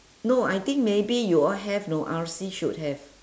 no I think maybe you all have know R_C should have